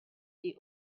die